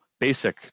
basic